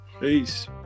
peace